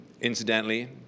Incidentally